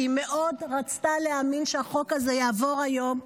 כי היא מאוד רצתה להאמין שהחוק הזה יעבור היום,